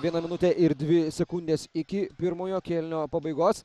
viena minutė ir dvi sekundės iki pirmojo kėlinio pabaigos